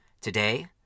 Today